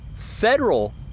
federal